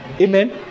Amen